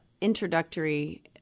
introductory